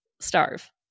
starve